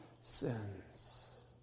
sins